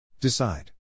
Decide